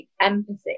empathy